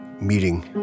meeting